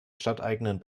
stadteigenen